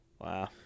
Wow